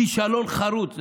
כישלון חרוץ.